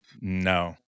No